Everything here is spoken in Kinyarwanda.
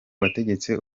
wategetse